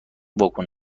واگن